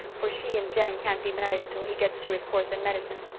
for she and jem can't be married until he gets through his course in medicine.